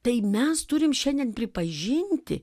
tai mes turim šiandien pripažinti